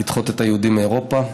לדחות את היהודים מאירופה,